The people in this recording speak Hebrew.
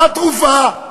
מה התרופה?